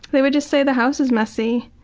they would just say the house is messy.